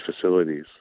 facilities